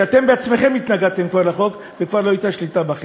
ואתם בעצמכם כבר התנגדתם לחוק ואז כבר לא הייתה לכם שליטה.